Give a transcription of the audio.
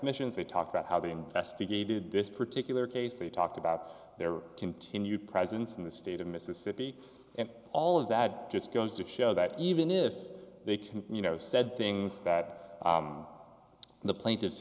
missions they talk about how they investigated this particular case they talked about their continued presence in the state of mississippi and all of that just goes to show that even if they can you know said things that the pla